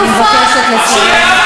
אני מבקשת לסיים.